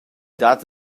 dat